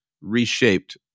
reshaped